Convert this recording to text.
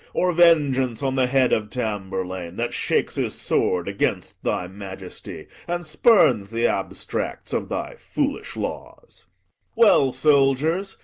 or vengeance on the head of tamburlaine that shakes his sword against thy majesty, and spurns the abstracts of thy foolish laws well, soldiers,